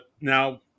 now